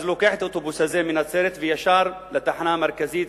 אז הוא לוקח את האוטובוס הזה מנצרת ונוסע ישר לתחנה המרכזית